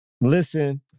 listen